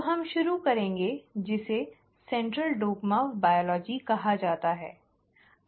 तो हम शुरू करेंगे जिसे जीव विज्ञान का सेंट्रल डॉग्मॅ कहा जाता है